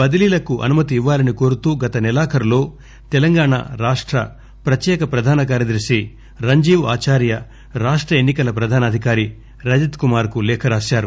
బదిలీలకు అనుమతివ్వాలని కోరుతూ గత సెలాఖరులో తెలంగాణ రాష్ట ప్రత్యేక ప్రధాన కార్యదర్శి రంజీవ్ ఆచార్య రాష్ట ఎన్ని కల ప్రధాన అధికారి రజత్కుమార్కు లేఖ రాశారు